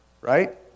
right